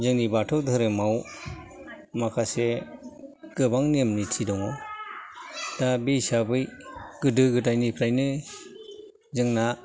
जोंनि बाथौ धोरोमाव माखासे गोबां नेम निथि दङ दा बे हिसाबै गोदो गोदायनिफ्रायनो जोंना